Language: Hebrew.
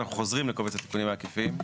אנחנו חוזרים לקובץ התיקונים העקיפים.